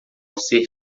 ser